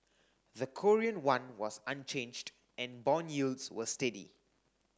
the Korean won was unchanged and bond yields were steady